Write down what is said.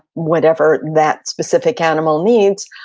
whatever that specific animal needs,